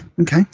Okay